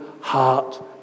heart